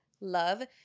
love